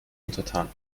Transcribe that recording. untertan